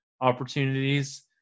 opportunities